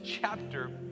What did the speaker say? chapter